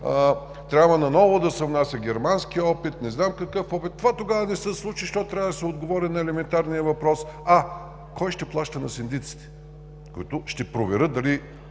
трябва да се внася германският опит, не знам какъв опит. Това тогава не се случи, защото трябваше да се отговори на елементарния въпрос: а кой ще плаща на синдиците, които ще проверят дали